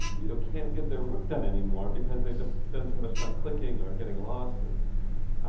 you know can't get their work done anymore because they just spend so much time clicking or getting lost and